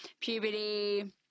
puberty